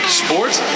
sports